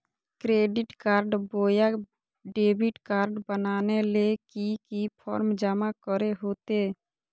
Credit card बोया debit card बनाने ले की की फॉर्म जमा करे होते?